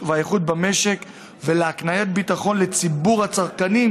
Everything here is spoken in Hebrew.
והאיכות במשק ולהקניית ביטחון לציבור הצרכנים,